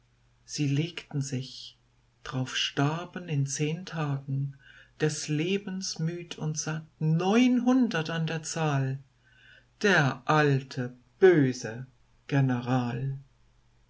sie legten sich drauf starben in zehn tagen des lebens müd und satt neunhundert an der zahl der alte böse